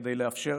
כדי לאפשר